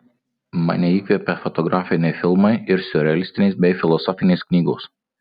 mane įkvepia fotografiniai filmai ir siurrealistinės bei filosofinės knygos